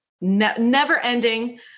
never-ending